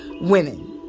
women